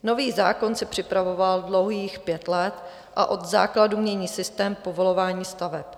Nový zákon se připravoval dlouhých pět let a od základů mění systém v povolování staveb.